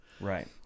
Right